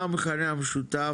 מה המכנה המשותף?